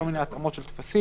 כל מיני התאמות של טפסים,